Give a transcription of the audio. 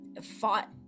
Fought